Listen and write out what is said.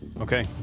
Okay